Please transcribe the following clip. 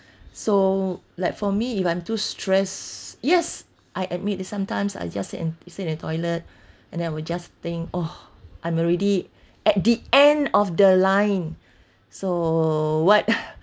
so like for me if I'm too stress yes I admit sometimes I just sit in sit in toilet and then I will just think oh I'm already at the end of the line so what